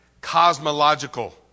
cosmological